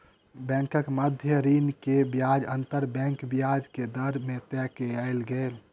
बैंकक मध्य ऋण के ब्याज अंतर बैंक ब्याज के दर से तय कयल गेल